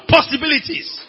Possibilities